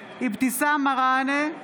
נגד אבתיסאם מראענה,